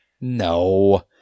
No